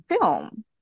film